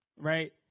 right